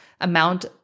amount